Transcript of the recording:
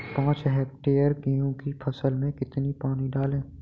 पाँच हेक्टेयर गेहूँ की फसल में कितना पानी डालें?